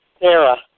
Sarah